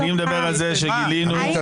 אני מדבר על זה שגילינו --- עמית,